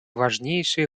важнейшие